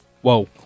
Whoa